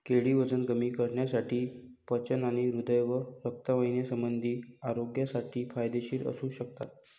केळी वजन कमी करण्यासाठी, पचन आणि हृदय व रक्तवाहिन्यासंबंधी आरोग्यासाठी फायदेशीर असू शकतात